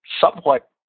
somewhat